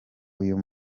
uyu